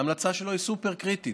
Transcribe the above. ההמלצה שלו היא סופר-קריטית,